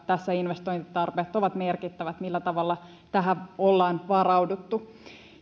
tässä investointitarpeet ovat merkittävät millä tavalla tähän ollaan varauduttu